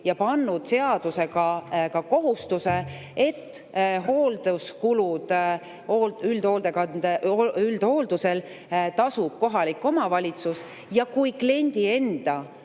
ja pannud seadusega ka kohustuse, et hoolduskulud üldhooldusel tasub kohalik omavalitsus, ja kui kliendi enda